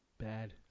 Bad